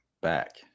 back